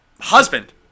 Husband